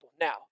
Now